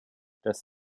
das